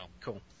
cool